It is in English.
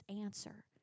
answer